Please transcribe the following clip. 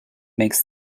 makes